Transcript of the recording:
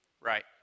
Right